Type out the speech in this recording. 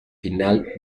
final